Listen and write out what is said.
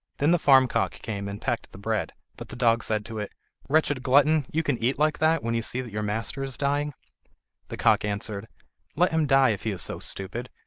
then the farm cock came and pecked at the bread but the dog said to it wretched glutton, you can eat like that when you see that your master is dying the cock answered let him die, if he is so stupid.